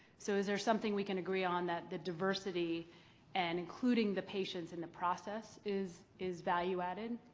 so is there something we can agree on that the diversity and including the patients in the process is is value added?